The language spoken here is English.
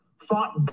fought